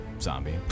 zombie